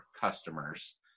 customers